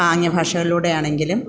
ആംഗ്യഭാഷകളിലൂടെ ആണെങ്കിലും